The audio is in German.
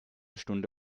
stunde